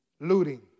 Looting